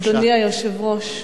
אדוני היושב-ראש,